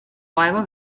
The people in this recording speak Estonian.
vaeva